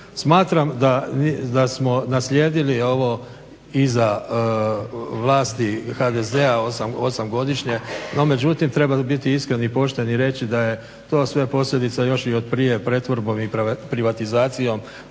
Smatram da smo naslijedili ovo iza vlasti HDZ-a osam godišnje. No, međutim treba biti iskren i pošten i reći da je to sve posljedica još i od prije pretvorbom i privatizacijom